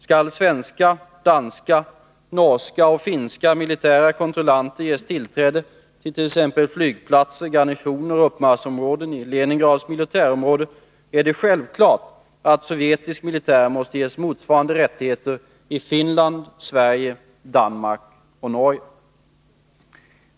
Skall svenska, danska, norska och finska militära kontrollanter ges tillträde till t.ex. flygplatser, garnisoner och uppmarschområden i Leningrads militärområden, är det självklart att sovjetisk militär måste ges motsvarande rättigheter i Finland, Sverige, Danmark och Norge.